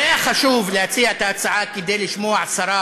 זה היה חשוב להציע את ההצעה כדי לשמוע את השרה